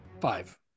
five